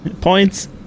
points